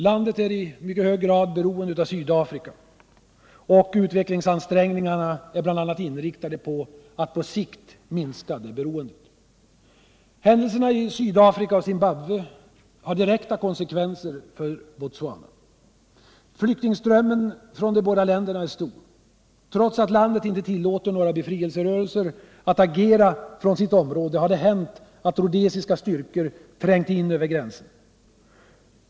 Landet är i hög grad beroende av Sydafrika. Utvecklingsansträngningarna är bl.a. inriktade på att på sikt minska detta beroende. Händelserna i Sydafrika och Zimbabwe har direkta konsekvenser för Botswana. Flyktingströmmen från de båda länderna är stor. Trots att landet inte tillåter några befrielserörelser att agera från sitt område har det hänt att rhodesiska styrkor trängt in över gränsen.